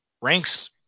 ranks